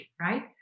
right